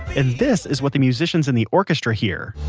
and this is what the musicians in the orchestra hear,